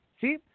See